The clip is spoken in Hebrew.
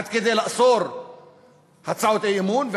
עד כדי לאסור הצעות אי-אמון,